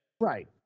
Right